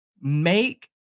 make